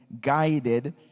guided